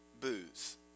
booze